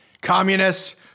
Communists